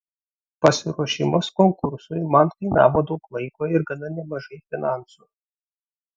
pasiruošimas konkursui man kainavo daug laiko ir gana nemažai finansų